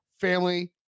family